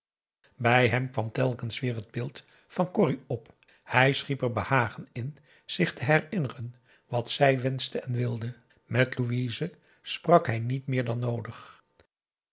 bij hem kwam telkens weer het beeld van corrie op hij schiep er behagen in zich te herinneren wat zij wenschte en wilde met louise sprak hij niet meer dan noodig